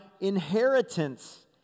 inheritance